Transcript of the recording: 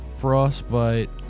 Frostbite